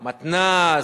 מתנ"ס,